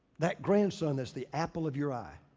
that grandson that's the apple of your eye.